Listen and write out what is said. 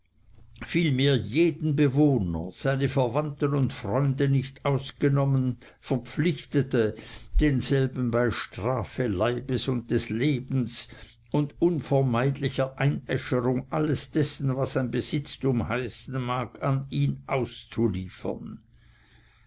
vielmehr jeden bewohner seine verwandten und freunde nicht ausgenommen verpflichtete denselben bei strafe leibes und des lebens und unvermeidlicher einäscherung alles dessen was ein besitztum heißen mag an ihn auszuliefern